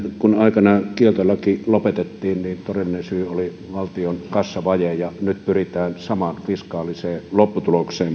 kun aikanaan kieltolaki lopetettiin niin todellinen syy oli valtion kassavaje ja nyt pyritään samaan fiskaaliseen lopputulokseen